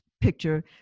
picture